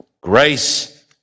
grace